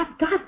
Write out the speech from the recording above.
God